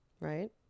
right